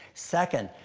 second,